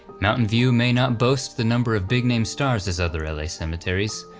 mountain view may not boast the number of big-name stars as other ah la cemeteries,